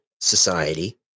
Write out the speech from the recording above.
society